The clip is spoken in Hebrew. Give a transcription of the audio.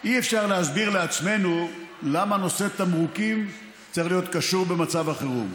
אי-אפשר להסביר לעצמנו למה נושא התמרוקים צריך להיות קשור במצב החירום,